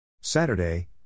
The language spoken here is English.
Saturday